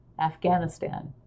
Afghanistan